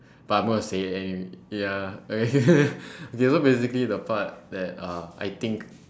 but I gonna say it anyway ya okay okay so basically the part that uh I think